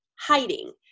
hiding